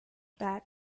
that